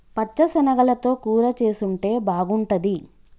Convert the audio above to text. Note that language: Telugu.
పచ్చ శనగలతో కూర చేసుంటే బాగుంటది